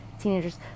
teenagers